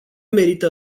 merită